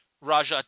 Raja